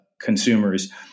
consumers